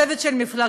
לצוות של המפלגה,